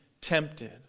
tempted